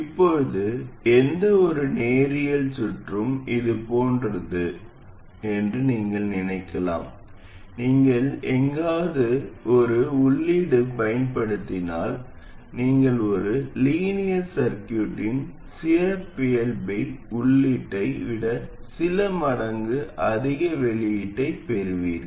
இப்போது எந்த ஒரு நேரியல் சுற்றும் இது போன்றது என்று நீங்கள் நினைக்கலாம் நீங்கள் எங்காவது ஒரு உள்ளீட்டைப் பயன்படுத்தினால் நீங்கள் ஒரு லீனியர் சர்க்யூட்டின் சிறப்பியல்பு உள்ளீட்டை விட சில மடங்கு அதிக வெளியீட்டைப் பெறுவீர்கள்